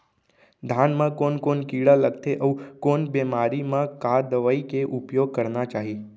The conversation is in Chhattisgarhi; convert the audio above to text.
धान म कोन कोन कीड़ा लगथे अऊ कोन बेमारी म का दवई के उपयोग करना चाही?